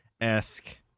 esque